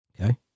Okay